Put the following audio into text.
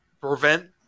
prevent